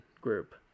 Group